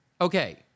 okay